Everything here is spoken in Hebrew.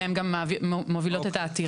שהן גם מובילות את העתירה,